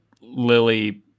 Lily